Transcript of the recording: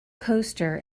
coaster